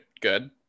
Good